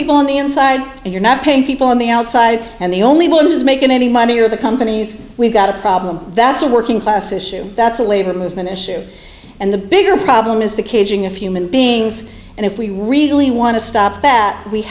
people on the inside and you're not paying people on the outside and the only one who's making any money are the companies we've got a problem that's a working class issue that's a labor movement issue and the bigger problem is the caging if human beings and if we really want to stop that we